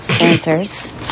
answers